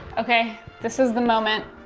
okay, this is the moment.